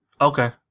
Okay